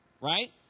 Right